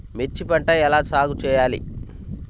మిర్చి పంట ఎలా సాగు చేయాలి?